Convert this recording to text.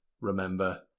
remember